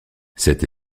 cette